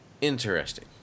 Interesting